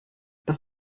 das